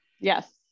Yes